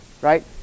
Right